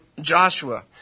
Joshua